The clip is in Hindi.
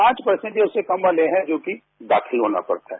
पांच पर्सेट या उससे कम वाले हैंजोकि दाखिल होना पड़ता है